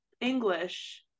English